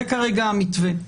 זה כרגע המתווה.